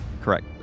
Correct